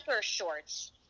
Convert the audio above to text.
shorts